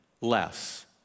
less